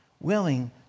willing